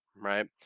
right